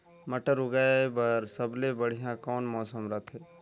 मटर उगाय बर सबले बढ़िया कौन मौसम रथे?